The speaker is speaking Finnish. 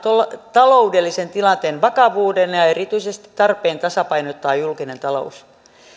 taloudellisen tilanteen vakavuuden ja erityisesti tarpeen tasapainottaa julkinen talous